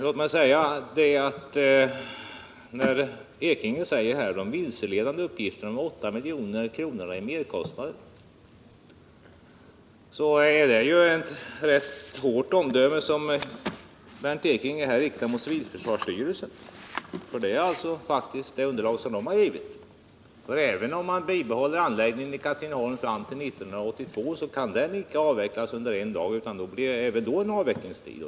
När Bernt Ekinge säger att uppgifterna om 8 milj.kr. i merkostnader är vilseledande, så är det ett rätt hårt omdöme om civilförsvarsstyrelsen. Det är faktiskt det underlag som civilförsvarsstyrelsen har givit. Och även om man bibehåller anläggningen i Katrineholm fram till 1982, kan den icke avvecklas under en dag, utan det blir även då en viss avvecklingstid.